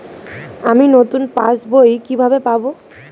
আমি নতুন passbook কিভাবে পাব?